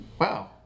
Wow